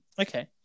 Okay